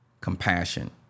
compassion